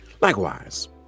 Likewise